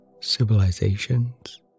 civilizations